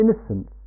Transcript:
innocence